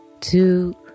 two